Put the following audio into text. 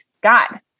God